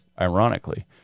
ironically